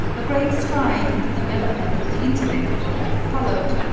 a great stride in the development of the intellect will have followed,